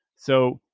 so,